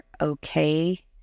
okay